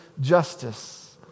justice